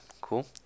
cool